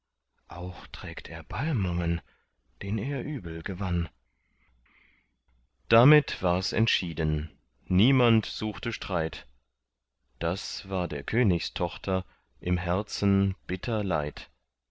auch trägt er balmungen den er übel gewann damit wars entschieden niemand suchte streit das war der königstochter im herzen bitter leid